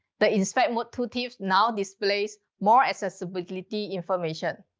the inspect mode tooltips now displays more accessibility information.